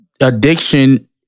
addiction